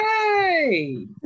yay